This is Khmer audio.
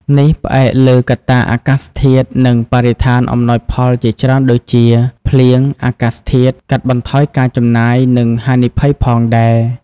នេះផ្អែកលើកត្តាអាកាសធាតុ និងបរិស្ថានអំណោយផលជាច្រើនដូចជា ភ្លៀង អាកាសធាតុ កាត់បន្ថយការចំណាយ និងហានិភ័យផងដែរ។